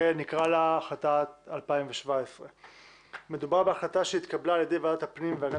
לה החלטת 2017. מדובר בהחלטה שהתקבלה על ידי ועדת הפנים והגנת